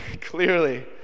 Clearly